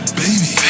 baby